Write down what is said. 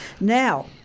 Now